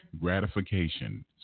gratification